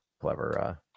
clever